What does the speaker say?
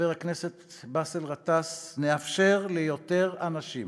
חבר הכנסת באסל גטאס, נאפשר ליותר אנשים